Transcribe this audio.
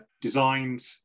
designed